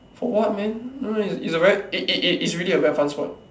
for what man no it's a very it it it is really a very fun sport